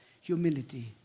humility